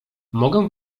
mogę